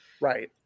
Right